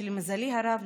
למזלי הרב,